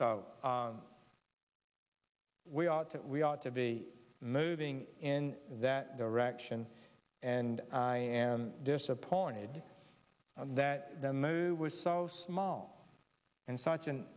to we ought to be moving in that direction and i am disappointed that the move was so small and such an